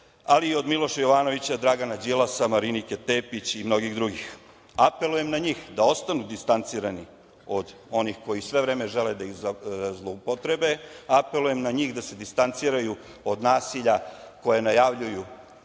ali i od Miloša Jovanovića, Dragana Đilasa, Marinike Tepić i mnogih drugih. Apelujem na njih da ostanu distancirani od onih koji sve vreme žele da iz zloupotrebe, apelujem na njih da se distanciraju od nasilja koje najavljuju